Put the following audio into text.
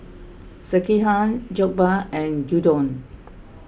Sekihan Jokbal and Gyudon